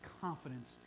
confidence